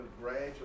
gradually